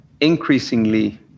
increasingly